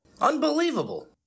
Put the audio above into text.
Unbelievable